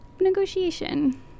negotiation